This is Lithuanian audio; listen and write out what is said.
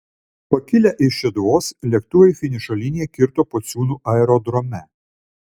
pakilę iš šeduvos lėktuvai finišo liniją kirto pociūnų aerodrome